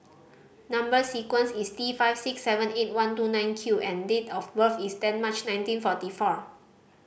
number sequence is T five six seven eight one two nine Q and date of birth is ten March nineteen forty four